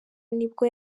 nibwo